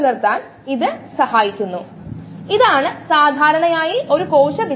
ഇതിനെ ഇക്വെറ്റ് ചെയാം സാന്ദ്രതയ്ക്ക് കഴിയില്ല